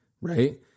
Right